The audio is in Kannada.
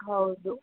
ಹೌದು